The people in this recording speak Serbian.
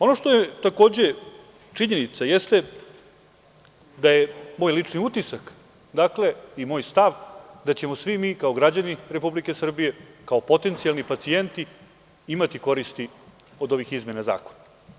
Ono što je takođe činjenica, jeste da je moj lični utisak, dakle, i moj stav da ćemo svi mi kao građani Republike Srbije, kao potencijalni pacijenti imati koristi od ovih izmena Zakona.